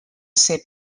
ser